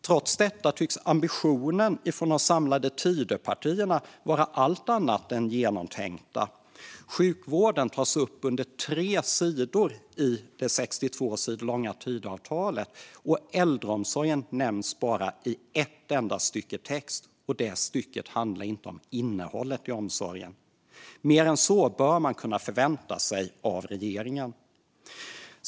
Trots detta tycks ambitionen från de samlade Tidöpartierna vara allt annat än genomtänkt. Sjukvården tas upp på tre sidor i det 62 sidor långa Tidöavtalet, och äldreomsorgen nämns i bara ett enda stycke text - och det stycket handlar inte om innehållet i omsorgen. Mer än så bör man kunna förvänta sig av regeringen.